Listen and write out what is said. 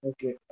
Okay